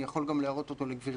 אני יכול גם להראות אותו לגבירתי,